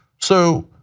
so,